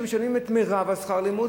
שמשלמים את מירב שכר הלימוד,